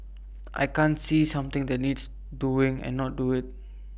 I can't see something that needs doing and not do IT